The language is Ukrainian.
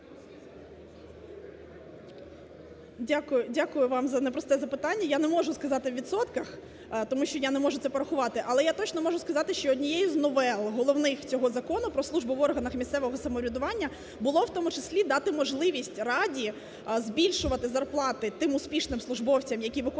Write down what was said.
Дякую вам за непросте запитання. Я не можу сказати у відсотках, тому що я не можу це порахувати, але я точно можу сказати, що однією з новел головних цього Закону про службу в органах місцевого самоврядування було в тому числі дати можливість Раді збільшувати зарплати тим успішним службовцям, які виконують